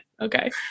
Okay